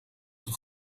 een